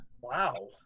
Wow